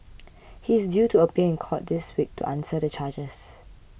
he is due to appear in court this week to answer the charges